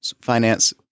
finance